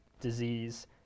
disease